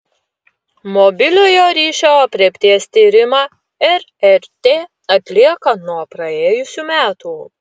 mobiliojo ryšio aprėpties tyrimą rrt atlieka nuo praėjusių metų